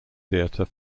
theatre